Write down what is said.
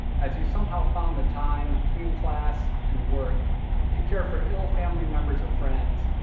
as you somehow found the time between class and work to care for ill family members or friends,